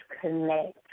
connect